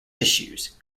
tissues